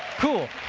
cool.